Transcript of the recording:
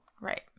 right